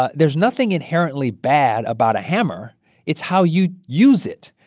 ah there's nothing inherently bad about a hammer it's how you use it.